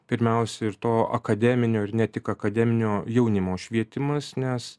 pirmiausia ir to akademinio ir ne tik akademinio jaunimo švietimas nes